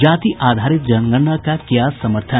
जाति आधारित जनगणना का किया समर्थन